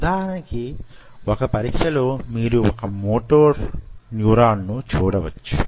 ఉదాహరణకు వొక పరీక్షలో మీరు వొక మోటార్ న్యూరాన్ను చూడవచ్చు